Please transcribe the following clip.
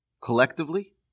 Collectively